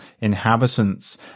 inhabitants